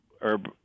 herb